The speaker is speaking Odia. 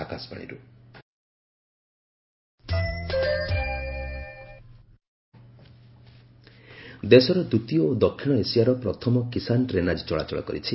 କିଷାନ ଟ୍ରେନ୍ ଦେଶର ଦ୍ୱିତୀୟ ଓ ଦକ୍ଷିଣ ଏସିଆର ପ୍ରଥମ କିଷାନ ଟ୍ରେନ୍ ଆଜି ଚଳାଚଳ କରିଛି